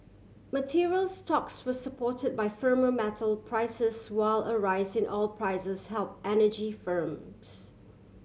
materials stocks were support by firmer metal prices while a rise in oil prices help energy firms